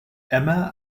emma